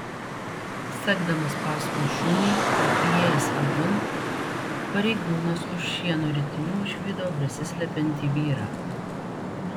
sekdamas paskui šunį ir įėjęs vidun pareigūnas už šieno ritinių išvydo besislepiantį vyrą